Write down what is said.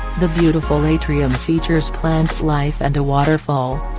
the beautiful atrium features plant life and a waterfall.